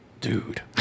Dude